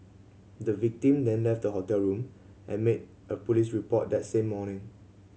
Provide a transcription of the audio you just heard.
the victim then left the hotel room and made a police report that same morning